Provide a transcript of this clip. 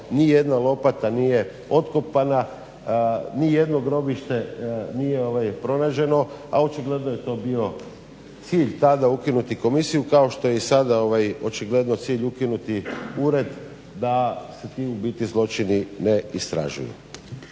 nijedna lopata nije otkopana, nijedno grobište nije pronađeno, a očigledno je to bio cilj tada ukinuti komisiju kao što je i sada očigledno cilj ukinuti ured da se ti u biti zločini ne istražuju.